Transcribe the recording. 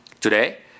Today